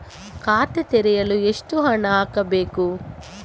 ಖಾತೆ ತೆರೆಯಲು ಎಷ್ಟು ಹಣ ಹಾಕಬೇಕು?